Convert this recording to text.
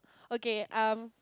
okay um